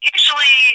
Usually